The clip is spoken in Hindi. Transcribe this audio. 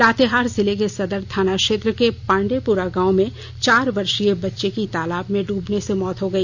लातेहार जिले के सदर थाना क्षेत्र के पांडेयपुरा गांव में चार वर्षीय बच्चे की तालाब में डूबने से मौत हो गई